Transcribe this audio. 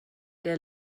der